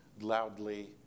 loudly